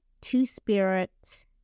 Two-spirit